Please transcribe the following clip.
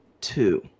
two